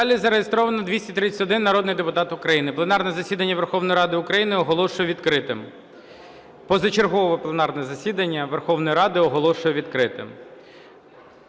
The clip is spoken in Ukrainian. залі зареєстровано 231 народний депутат України. Пленарне засідання Верховної Ради України оголошую відкритим. Позачергове пленарне засідання Верховної Ради оголошую відкритим.